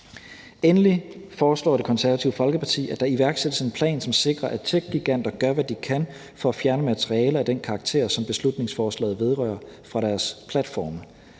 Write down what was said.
Endelig foreslår Det Konservative Folkeparti, at der iværksættes en plan, som sikrer, at techgiganter gør, hvad de kan for at fjerne materiale af den karakter, som beslutningsforslaget vedrører, fra deres platforme.